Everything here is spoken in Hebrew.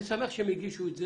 אני שמח שהן הגישו את זה,